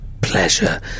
pleasure